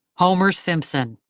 homer simpson.